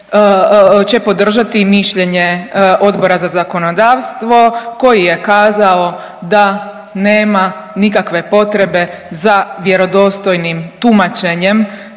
će podržati mišljenje Odbora za zakonodavstvo koji je kazao da nema nikakve potrebe za vjerodostojnim tumačenjem